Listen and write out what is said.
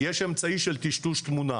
יש אמצעי של טשטוש תמונה.